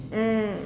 mm